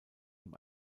ihm